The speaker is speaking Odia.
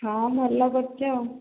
ହଁ ଭଲ କରୁଛ ଆଉ